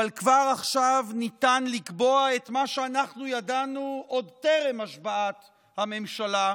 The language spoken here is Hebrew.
אבל כבר עכשיו ניתן לקבוע את מה שאנחנו ידענו עוד טרם השבעת הממשלה,